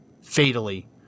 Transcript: fatally